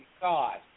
God